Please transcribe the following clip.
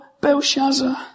Belshazzar